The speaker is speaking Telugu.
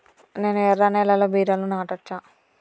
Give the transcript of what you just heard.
నేను ఎర్ర నేలలో బీరలు నాటచ్చా?